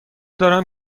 دارم